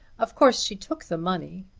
of course she took the money,